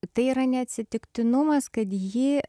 tai yra ne atsitiktinumas kad ji